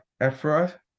Ephra